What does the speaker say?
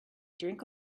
drink